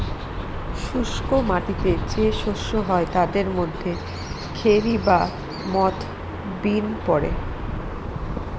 শুস্ক মাটিতে যে শস্য হয় তাদের মধ্যে খেরি বা মথ, বিন পড়ে